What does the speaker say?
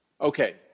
Okay